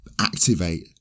activate